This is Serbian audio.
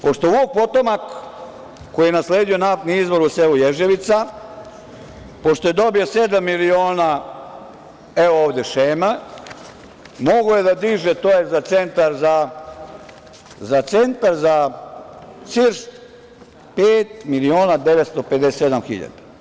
Pošto Vuk potomak, koji je nasledi naftni izvor u selu Ježevica, pošto je dobio sedam miliona, evo ovde šema, mogao je da diže to je za centar za CIRS, pet miliona 957 hiljada.